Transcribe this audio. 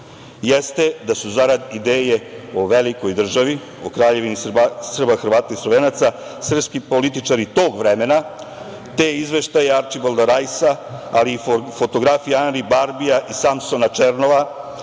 jeste da su zarad ideje o velikoj državi, o Kraljevini Srba, Hrvata i Slovenaca srpski političari tog vremena te izveštaje Arčibalda Rajsa, ali i fotografije Andi Barbija i Samsona Černova,